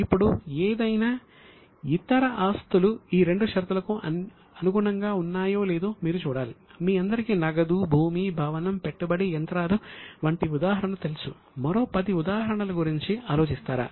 ఇప్పుడు ఏదైనా ఇతర ఆస్తులు ఈ రెండు షరతులకు అనుగుణంగా ఉన్నాయో లేదో మీరు చూడాలి మీ అందరికీ నగదు భూమి భవనం పెట్టుబడి యంత్రాలు వంటి ఉదాహరణలు తెలుసు మరో 10 ఉదాహరణల గురించి ఆలోచిస్తారా